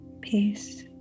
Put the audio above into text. peace